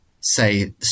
say